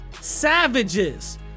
Savages